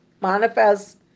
manifest